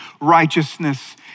righteousness